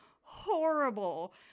horrible